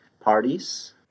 parties